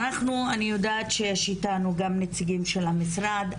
אני יודעת שיש איתנו גם נציגים של המשרד.